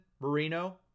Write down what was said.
Marino